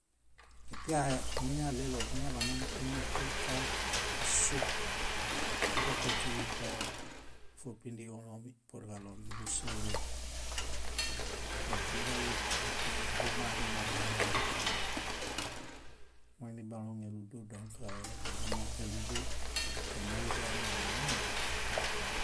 ipiahe míñaɭelo miñaḃanimã ka- ka- kasukoko kíġi koo fópindiġẽolomi puruġaɭo núġusove, iḃay muṗe bumaŋenobahalehekua. Moinibaloŋ éludu; dõkk adumo éludu énoo ezamiem míama.